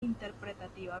interpretativa